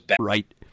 Right